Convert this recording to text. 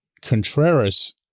Contreras